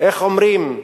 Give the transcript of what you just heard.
איך אומרים,